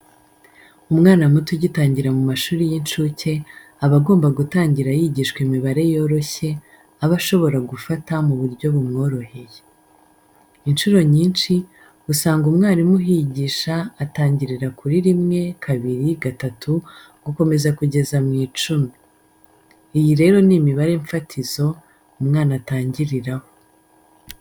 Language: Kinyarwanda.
Umwana muto ugitangira mu mashuri y'incuke, aba agomba gutangira yigishwa imibare yoroshye, aba ashobora gufata mu buryo bumworoheye. Incuro nyinshi, usanga umwarimu uhigisha atangirira kuri rimwe, kabiri, gatatu, gukomeza kugeza mu icumi. Iyi rero ni imibare mfatizo umwana atangiriraho.